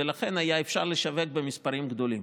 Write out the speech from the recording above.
ולכן היה אפשר לשווק במספרים גדולים.